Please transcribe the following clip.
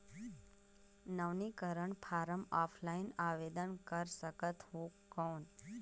नवीनीकरण form offline आवेदन कर सकत हो कौन?